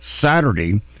Saturday